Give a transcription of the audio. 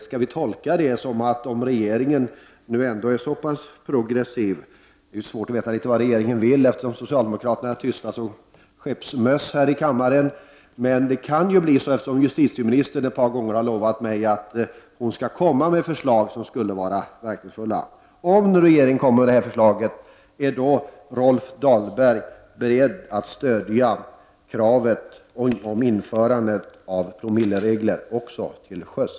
Skall vi tolka detta som att om regeringen är så pass progressiv — det är svårt att veta vad regeringen vill, eftersom socialdemokraterna är tysta som skeppsmöss här i kammaren, men justitieministern har ju ett par gånger lovat mig att hon skall lägga fram förslag som skall vara verkningsfulla — och lägger fram detta förslag så är Rolf Dahlberg beredd att stödja kravet på införande av promilleregler även till sjöss?